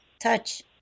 touch